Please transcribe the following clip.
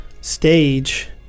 stage